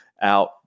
out